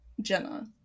Jenna